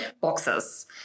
boxes